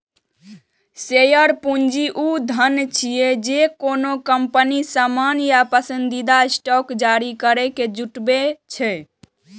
share पूंजी ऊ धन छियै, जे कोनो कंपनी सामान्य या पसंदीदा स्टॉक जारी करैके जुटबै छै